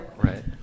Right